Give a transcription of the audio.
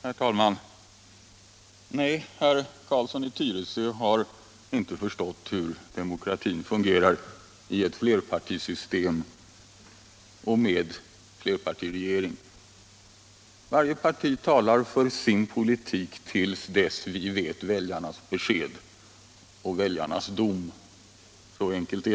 Herr talman! Nej, herr Carlsson i Tyresö har inte förstått hur demokratin fungerar i ett flerpartisystem och med en flerpartiregering. Varje parti talar för sin politik till dess vi vet väljarnas besked och fått väljarnas dom.